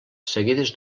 seguides